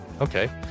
Okay